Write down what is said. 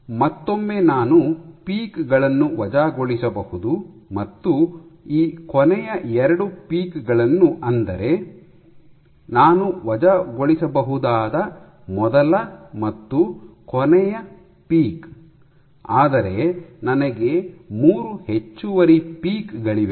ಮತ್ತೊಮ್ಮೆ ನಾನು ಪೀಕ್ ಗಳನ್ನು ವಜಾಗೊಳಿಸಬಹುದು ಮತ್ತು ಈ ಕೊನೆಯ ಎರಡು ಪೀಕ್ ಗಳನ್ನು ಅಂದರೆ ನಾನು ವಜಾಗೊಳಿಸಬಹುದಾದ ಮೊದಲ ಮತ್ತು ಕೊನೆಯ ಪೀಕ್ ಆದರೆ ನನಗೆ ಮೂರು ಹೆಚ್ಚುವರಿ ಪೀಕ್ ಗಳಿವೆ